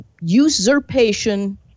usurpation